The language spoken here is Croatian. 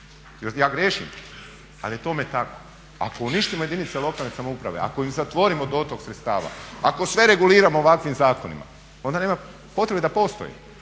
ja griješim? Al je tome tako. Ako uništimo jedinice lokalne samouprave, ako im zatvorimo dotok sredstava, ako sve reguliramo ovakvim zakonima onda nema potrebe da postojimo.